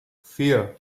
vier